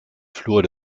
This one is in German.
flur